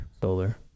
Solar